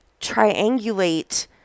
triangulate